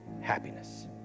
happiness